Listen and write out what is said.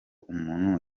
umuntu